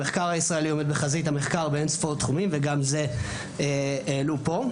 המחקר הישראלי עומד בחזית המחקר באין-ספור תחומים וגם את זה העלו פה.